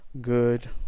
good